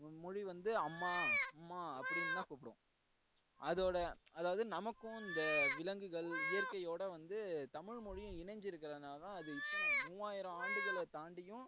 மொழி வந்து அம்மா அம்மா அப்டின்னு தான் கூப்பிடும் அதோடு அதாவது நமக்கும் இந்த விலங்குகள் இயற்கையோடு வந்து தமிழ்மொழியும் இணைஞ்சு இருக்கிறதுனால தான் அது இத்தனை மூவாயிரம் ஆண்டுகளை தாண்டியும்